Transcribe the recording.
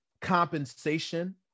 compensation